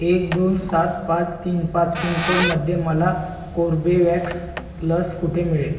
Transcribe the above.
एक दोन सात पाच तीन पाच पिनकोडमध्ये मला कोर्बेवॅक्स लस कुठे मिळेल